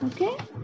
okay